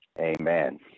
amen